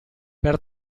per